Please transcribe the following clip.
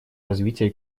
развития